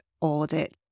audit